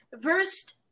First